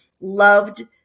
loved